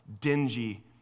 dingy